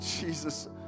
Jesus